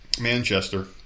Manchester